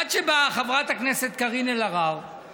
עד שבאה חברת הכנסת קארין אלהרר